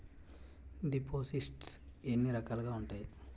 దిపోసిస్ట్స్ ఎన్ని రకాలుగా ఉన్నాయి?